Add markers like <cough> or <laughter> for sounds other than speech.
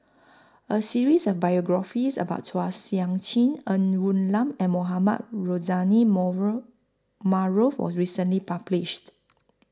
A series of biographies about Chua Sian Chin Ng Woon Lam and Mohamed Rozani <unintelligible> Maarof was recently published